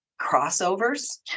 crossovers